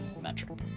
metric